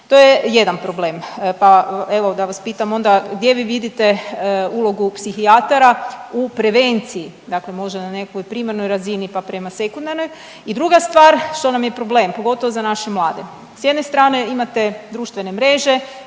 To je jedan problem, pa evo da vas pitam onda gdje vi vidite ulogu psihijatara u prevenciji možda na nekoj primarnoj razini pa prema sekundarnoj? I druga stvar što nam je problem, pogotovo za naše mlade, s jedne strane imate društvene mreže